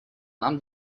нам